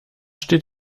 steht